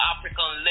African